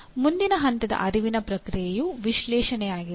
ಮುಂದಿನ ಹಂತದ ಅರಿವಿನ ಪ್ರಕ್ರಿಯೆಯು "ವಿಶ್ಲೇಷಣೆಯಾಗಿದೆ"